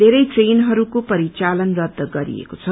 थेरै ट्रेनहरूको परिचालन रद्द गरिएको छ